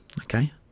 okay